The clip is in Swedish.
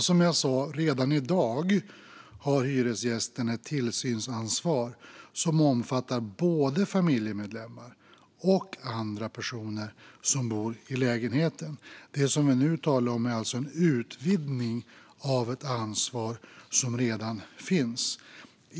Som jag sa: Redan i dag har hyresgästen ett tillsynsansvar som omfattar både familjemedlemmar och andra personer som bor i lägenheten. Det som vi nu talar om är alltså en utvidgning av ett ansvar som redan finns.